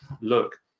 look